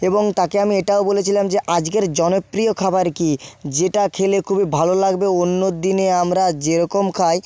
এবং তাকে আমি এটাও বলেছিলাম যে আজকের জনপ্রিয় খাবার কী যেটা খেলে খুবই ভালো লাগবে অন্য দিনে আমরা যেরকম খাই